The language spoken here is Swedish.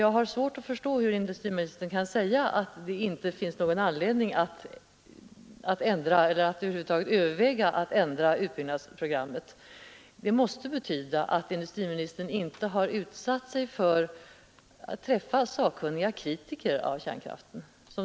Jag har svårt att förstå hur industriministern kan säga att det inte finns någon anledning att över huvud taget överväga att ändra utbyggnadsprogrammet. Det måste betyda att industriministern inte har utsatt sig för att träffa sakkunniga kritiker av kärnkraften.